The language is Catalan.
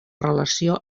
relació